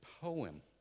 poem